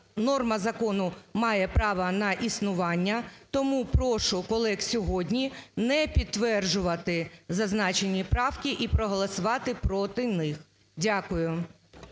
норма закону має право на існування. Тому прошу колег сьогодні не підтверджувати зазначені правки і проголосувати проти них. Дякую.